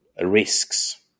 risks